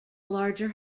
larger